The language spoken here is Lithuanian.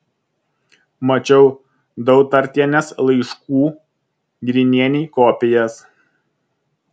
mačiau dautartienės laiškų grinienei kopijas